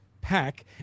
pack